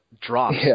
drops